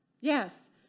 Yes